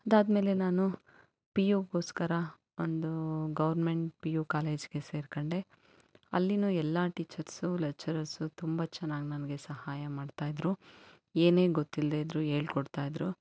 ಇದಾದಮೇಲೆ ನಾನು ಪಿ ಯುಗೋಸ್ಕರ ಒಂದು ಗೌರ್ಮೆಂಟ್ ಪಿ ಯು ಕಾಲೇಜಿಗೆ ಸೇರಿಕೊಂಡೆ ಅಲ್ಲಿಯು ಎಲ್ಲ ಟೀಚರ್ಸು ಲೆಚ್ಚರರ್ಸು ತುಂಬ ಚೆನ್ನಾಗಿ ನನಗೆ ಸಹಾಯ ಮಾಡ್ತಾ ಇದ್ದರು ಏನೇ ಗೊತ್ತಿಲ್ಲದೆ ಇದ್ದರು ಹೇಳ್ಕೊಡ್ತಾಯಿದ್ರು